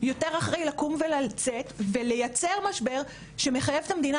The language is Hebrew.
יותר אחראי מצידן לקום ולצאת ולייצר משבר שמחייב את המדינה